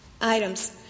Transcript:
items